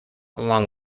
along